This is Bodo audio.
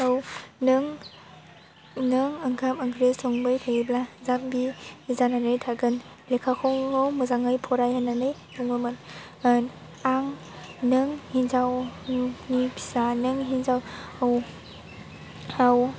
नों ओंखाम ओंख्रि संबाय थायोब्ला जाम्बि जानानै थागोन लेखाखौ मोजाङै फराय होन्नानै बुङोमोन नों हिन्जावनि फिसा नों हिन्जाव